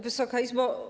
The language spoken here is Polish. Wysoka Izbo!